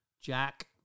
Jack